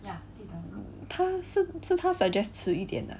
他是他 suggest 迟一点的